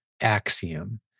Axiom